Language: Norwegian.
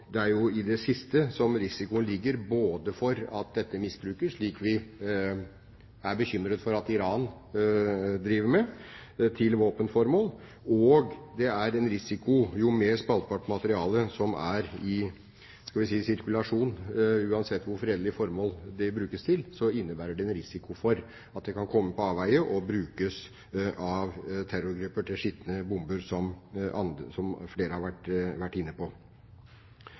Det er jo i det siste risikoen ligger både for at dette misbrukes til våpenformål, som vi er bekymret for at Iran kan gjøre, og det er en risiko jo mer spaltbart materiale som er i sirkulasjon. Uansett hvor fredelig formål det brukes til, innebærer det en risiko for at det kan komme på avveier og brukes av terrorgrupper til skitne bomber, som flere har vært inne på.